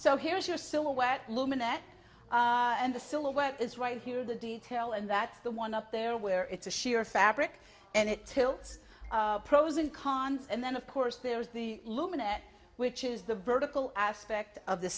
so here's your silhouette luminaire and the silhouette is right here the detail and that's the one up there where it's a sheer fabric and it tilts pros and cons and then of course there's the lunette which is the vertical aspect of the